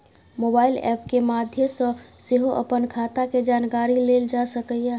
mobile app के माध्य सं सेहो अपन खाता के जानकारी लेल जा सकैए